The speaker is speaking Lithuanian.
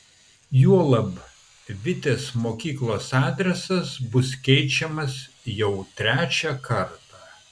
juolab vitės mokyklos adresas bus keičiamas jau trečią kartą